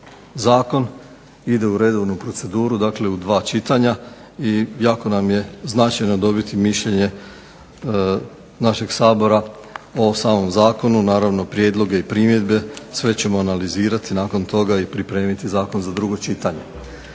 zakon. Ide u redovnu proceduru dakle u dva čitanja i jako nam je značajno dobiti mišljenje našeg Sabora o samom zakonu, naravno prijedloge i primjedbe sve ćemo analizirati i nakon toga pripremiti zakon za drugo čitanje.